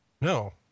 No